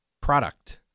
product